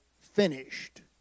finished